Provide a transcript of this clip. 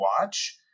watch